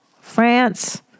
france